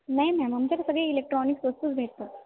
नाही म्यॅम आमच्याकडं सगळे इलेक्ट्रॉनिक्स वस्तूच भेटतात